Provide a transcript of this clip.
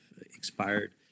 expired